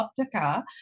optica